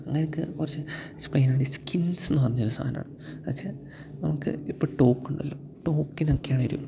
അങ്ങനക്കെ കുറച്ച് സ്കിൻസെന്നു പറഞ്ഞൊരു സാധനമുണ്ട് എന്നുവച്ചാല് നമുക്ക് ഇപ്പോള് ടോക്കുണ്ടല്ലോ ടോക്കിനൊക്കെയാണേലും